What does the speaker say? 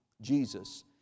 Jesus